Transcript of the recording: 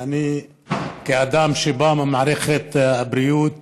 וכאדם שבא ממערכת הבריאות